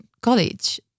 college